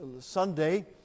Sunday